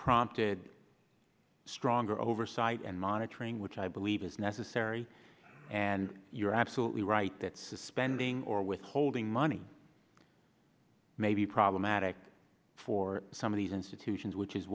prompted stronger oversight and monitoring which i believe is necessary and you're absolutely right that suspending or withholding money may be problematic for some of these institutions which is